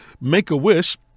Make-A-Wish